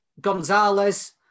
Gonzalez